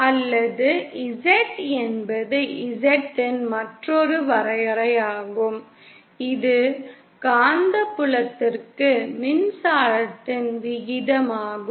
அல்லது Z என்பது Z இன் மற்றொரு வரையறையாகும் இது காந்தப்புலத்திற்கு மின்சாரத்தின் விகிதமாகும்